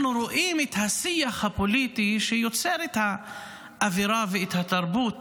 אנחנו רואים את השיח הפוליטי שיוצר את האווירה ואת התרבות